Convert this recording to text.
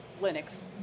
Linux